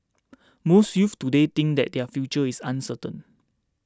most youths today think that their future is uncertain